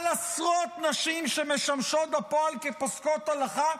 על עשרות נשים שמשמשות בפועל כפוסקות הלכה,